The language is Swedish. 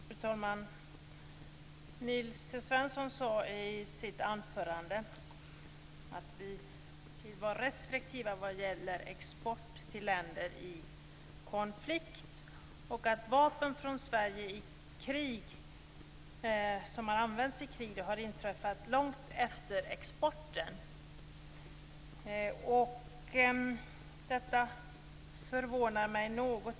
Fru talman! Nils T Svensson sade i sitt anförande att vi var restriktiva med export till länder i konflikt och att de fall där vapen från Sverige använts i krig har inträffat långt efter exporten. Detta förvånar mig något.